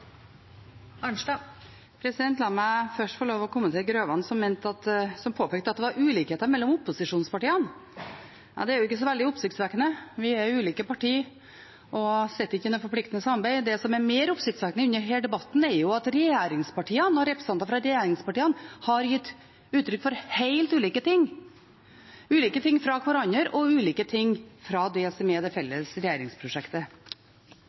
La meg først få lov til å kommentere til representanten Grøvan, som påpekte at det var ulikheter mellom opposisjonspartiene. Ja, det er jo ikke så veldig oppsiktsvekkende, vi er ulike partier og har ikke noe forpliktende samarbeid. Det som er mer oppsiktsvekkende under denne debatten, er at regjeringspartiene og representanter fra regjeringspartiene har gitt uttrykk for helt ulike ting – ulike ting fra hverandre, og ulike ting fra det som er det